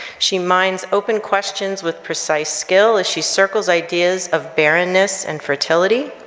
she mines open questions with precise skill as she circles ideas of barrenness and fertility.